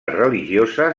religiosa